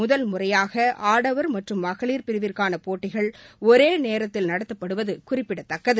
முதல் முறையாக ஆடவர் மற்றும் மகளிர் பிரிவிற்கான போட்டிகள் ஒரே நேத்தில் நடத்தப்படுவது குறிப்பிடத்தக்கது